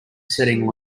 setting